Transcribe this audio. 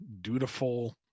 dutiful